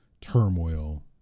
turmoil